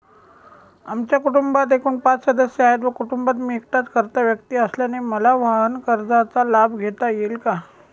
आमच्या कुटुंबात एकूण पाच सदस्य आहेत व कुटुंबात मी एकटाच कर्ता व्यक्ती असल्याने मला वाहनकर्जाचा लाभ घेता येईल का?